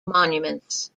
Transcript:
monuments